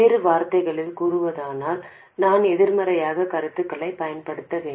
வேறு வார்த்தைகளில் கூறுவதானால் நாம் எதிர்மறையான கருத்துக்களைப் பயன்படுத்த வேண்டும்